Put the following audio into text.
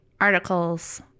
articles